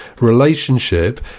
relationship